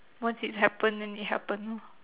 once it's happen then it happen lor